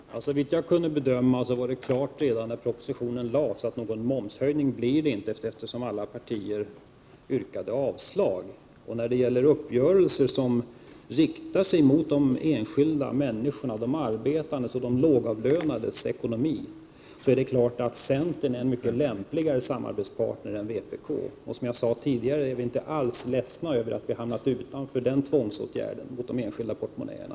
Herr talman! Såvitt jag kunde bedöma framstod det klart redan när propositionen lades fram att det inte skulle bli någon momshöjning, eftersom alla partier yrkade avslag. När det gäller uppgörelser som riktar sig mot de enskilda människorna, mot de arbetande och mot de lågavlönades ekonomi, är det klart att centern är en mycket lämpligare samarbetspartner än vpk. Som jag sade tidigare är vi inte alls ledsna över att vi har hamnat utanför den tvångsåtgärden mot de enskilda portmonnäerna.